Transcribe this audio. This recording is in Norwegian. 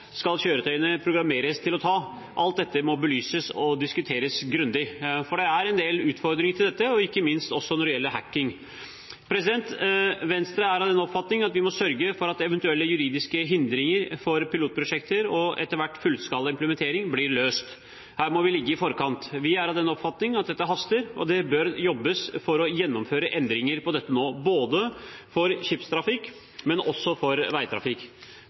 skal kjøretøyene programmeres til å ta? Alt dette må belyses og diskuteres grundig, for det er en del utfordringer knyttet til dette, ikke minst når det gjelder hacking. Venstre er av den oppfatning at vi må sørge for at eventuelle juridiske hindringer for pilotprosjekter og etter hvert fullskala implementering blir løst. Her må vi ligge i forkant. Vi er av den oppfatning at dette haster, og det bør jobbes for å gjennomføre endringer nå, både for skipstrafikk og for veitrafikk.